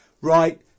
Right